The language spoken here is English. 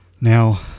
now